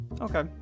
Okay